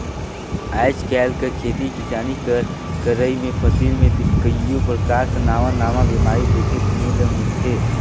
आएज काएल कर खेती किसानी कर करई में फसिल में कइयो परकार कर नावा नावा बेमारी देखे सुने ले मिलथे